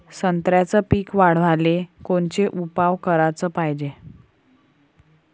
संत्र्याचं पीक वाढवाले कोनचे उपाव कराच पायजे?